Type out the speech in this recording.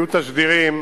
היו תשדירים